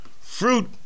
fruit